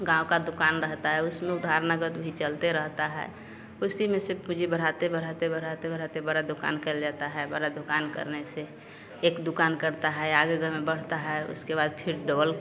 गाँव का दुकान रहता है उसमें उधार नगद भी चलते रहता है उसी में से पूंजी बढ़ाते बढ़ाते बढ़ाते बढ़ाते बड़ा दुकान कर लेता है बड़ा दुकान करने से एक दुकान करता है आगे में बढ़ता है उसके बाद फिर डबल